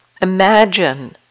imagine